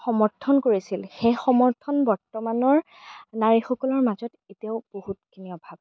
সমৰ্থন কৰিছিল সেই সমৰ্থন বৰ্তমানৰ নাৰীসকলৰ মাজত এতিয়াও বহুতখিনি অভাৱ আছে